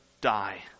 die